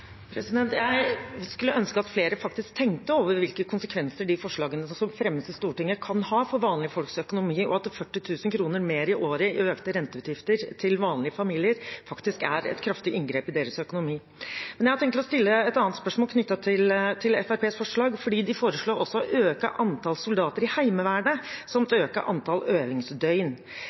Jeg skulle ønske at flere faktisk tenkte over hvilke konsekvenser de forslagene som fremmes i Stortinget, kan ha for vanlige folks økonomi, og at 40 000 kr mer i året i økte renteutgifter til vanlige familier faktisk er et kraftig inngrep i deres økonomi. Men jeg har tenkt å stille et annet spørsmål knyttet til Fremskrittspartiets forslag, fordi de foreslår også å øke antall soldater i Heimevernet samt å øke antall